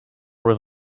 was